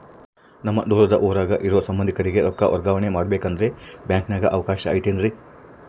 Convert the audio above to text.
ನಮ್ಮ ದೂರದ ಊರಾಗ ಇರೋ ಸಂಬಂಧಿಕರಿಗೆ ರೊಕ್ಕ ವರ್ಗಾವಣೆ ಮಾಡಬೇಕೆಂದರೆ ಬ್ಯಾಂಕಿನಾಗೆ ಅವಕಾಶ ಐತೇನ್ರಿ?